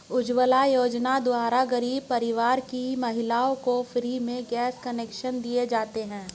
उज्जवला योजना द्वारा गरीब परिवार की महिलाओं को फ्री में गैस कनेक्शन दिए जाते है